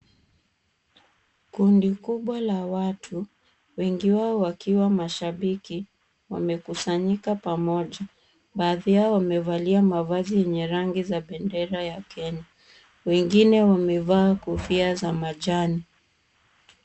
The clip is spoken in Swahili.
Kundi kubwa la watu, wengi wao wakiwa mashabiki, wamekusanyika pamoja. Baadhi yao wamevalia mavazi yenye rangi za bendera ya Kenya. Wengine wamevaa kofia za majani.